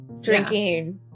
drinking